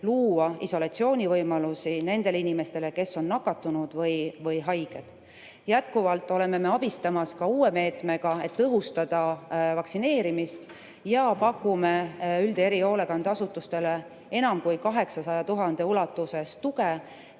luua isolatsioonivõimalusi nendele inimestele, kes on nakatunud või haiged. Jätkuvalt oleme abistamas ka uue meetmega, et tõhustada vaktsineerimist, ja pakume üld- ja erihoolekandeasutustele enam kui 800 000 euro ulatuses tuge,